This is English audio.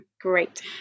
Great